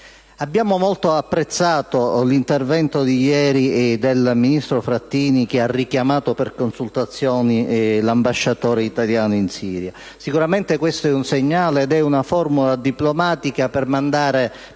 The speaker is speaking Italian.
Abbiamo molto apprezzato l'intervento di ieri del ministro Frattini, che ha richiamato per consultazioni l'ambasciatore italiano in Siria. Sicuramente è un segnale e una formula diplomatica per mandare